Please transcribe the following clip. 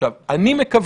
עכשיו, אני מקווה,